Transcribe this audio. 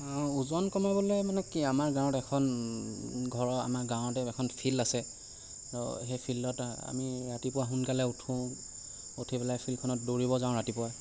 ওজন কমাবলৈ মানে কি আমাৰ গাঁৱত এখন ঘৰৰ আমাৰ গাঁৱতে এখন ফিল্ড আছে সেই ফিল্ডত আমি ৰাতিপুৱা সোনকালে উঠোঁ উঠি পেলাই ফিল্ডখনত দৌৰিবলৈ যাওঁ ৰাতিপুৱা